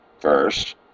First